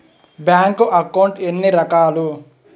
bank account ఎన్ని రకాలు